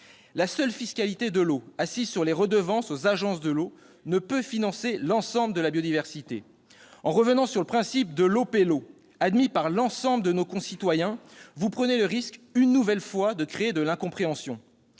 La seule fiscalité de l'eau, assise sur les redevances aux agences de l'eau, ne peut financer l'ensemble de la biodiversité. En revenant sur le principe selon lequel « l'eau paye l'eau », admis par l'ensemble de nos concitoyens, vous prenez le risque, une nouvelle fois, de créer de l'incompréhension.